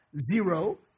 zero